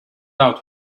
out